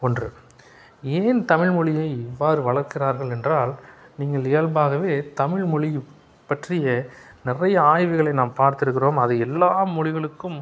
ஒன்று ஏன் தமிழ் மொழியை இவ்வாறு வளர்க்கிறார்கள் என்றால் நீங்கள் இயல்பாகவே தமிழ் மொழியை பற்றிய நிறைய ஆய்வுகளை நாம் பார்த்திருக்கிறோம் அது எல்லா மொழிகளுக்கும்